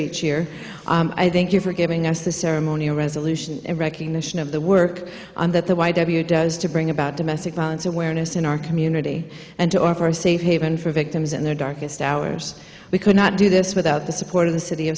each year i thank you for giving us the ceremonial resolution and recognition of the work on that the white w does to bring about domestic violence awareness in our community and to offer a safe haven for victims and their darkest hours we could not do this without the support of the city